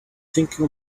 thinking